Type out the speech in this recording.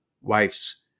wife's